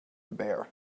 bear